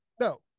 No